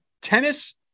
tennis